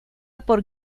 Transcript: por